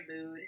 mood